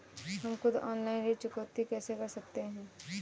हम खुद ऑनलाइन ऋण चुकौती कैसे कर सकते हैं?